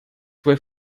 свой